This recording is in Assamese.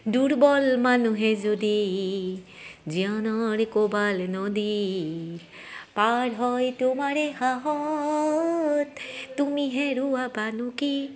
দুৰ্বল মানুহে যদি জীৱনৰ কোবাল নদী পাৰ হয় তোমাৰে সাহত তুমি হেৰুৱাবানো কি